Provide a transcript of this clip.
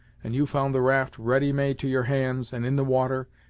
and you found the raft ready made to your hands, and in the water,